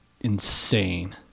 insane